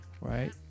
right